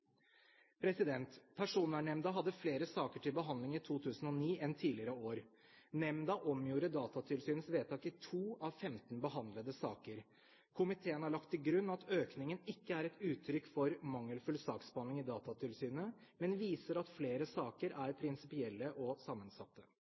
etterrettelighet. Personvernnemnda hadde flere saker til behandling i 2009 enn tidligere år. Nemnda omgjorde Datatilsynets vedtak i to av 15 behandlede saker. Komiteen har lagt til grunn at økningen ikke er et uttrykk for mangelfull saksbehandling i Datatilsynet, men viser at flere saker er